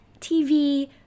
tv